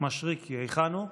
היכן הוא?